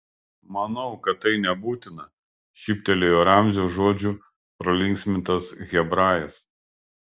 manau kad tai nebūtina šyptelėjo ramzio žodžių pralinksmintas hebrajas